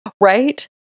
Right